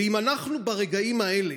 ואם אנחנו ברגעים האלה,